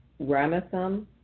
Ramatham